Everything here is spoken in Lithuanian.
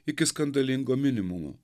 iki skandalingo minimumo